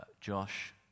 Josh